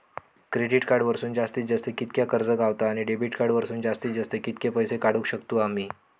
Credit card वरसून जास्तीत जास्त कितक्या कर्ज गावता, आणि डेबिट कार्ड वरसून जास्तीत जास्त कितके पैसे काढुक शकतू आम्ही?